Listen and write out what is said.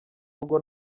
rugo